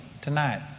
tonight